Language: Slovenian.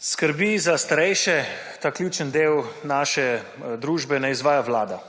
Skrbi za starejše ta ključni del naše družbe ne izvaja Vlada,